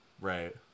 Right